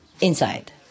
inside